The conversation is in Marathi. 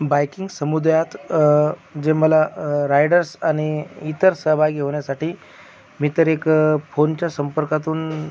बायकिंग समुदयात जे मला रायडर्स आणि इतर सहभागी होण्यासाठी मी तर एक फोनच्या संपर्कातून